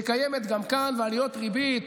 שקיימת גם כאן, ועליות ריבית.